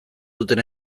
duten